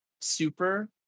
Super